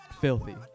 Filthy